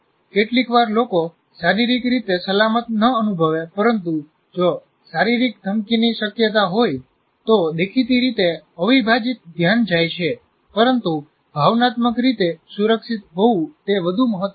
કેટલીકવાર લોકો શારીરિક રીતે સલામત ન અનુભવે પરંતુ જો શારીરિક ધમકીની શક્યતા હોય તો દેખીતી રીતે અવિભાજિત ધ્યાન જાય છે પરંતુ ભાવનાત્મક રીતે સુરક્ષિત હોવું તે વધુ મહત્વનું છે